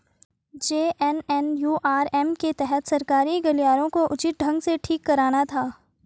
JNNURM के तहत शहरी गलियारों को उचित ढंग से ठीक कराना था